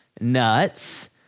nuts